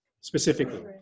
Specifically